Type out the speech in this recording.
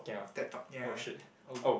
Ted-Talk ya oh